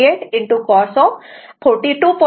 48 cos 42